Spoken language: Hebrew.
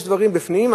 יש דברים בפנים,